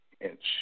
inch